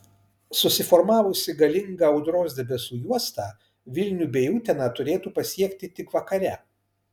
susiformavusi galinga audros debesų juosta vilnių bei uteną turėtų pasiekti tik vakare